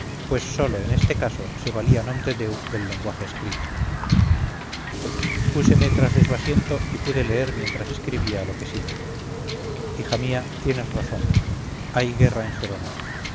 pues sólo en este caso se valía nomdedeu del lenguaje escrito púseme tras de su asiento y pude leer mientras escribía lo que sigue hija mía tienes razón hay guerra en gerona